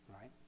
right